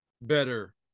better